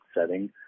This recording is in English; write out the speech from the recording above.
setting